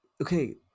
Okay